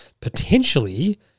potentially